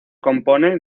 compone